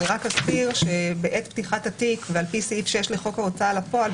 אני רק אזכיר שבעת פתיחת התיק ועל פי סעיף 6 לחוק ההוצאה לפועל,